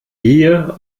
hier